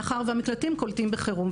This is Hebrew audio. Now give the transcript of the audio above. מאחר והמקלטים קולטים בחירום.